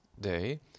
day